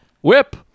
Whip